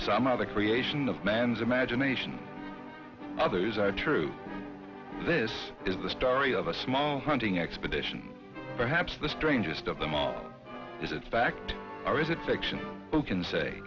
some of the creation of man's imagination others are true this is the story of a small hunting expedition perhaps the strangest of them all is it fact or is it fiction who can say